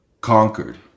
conquered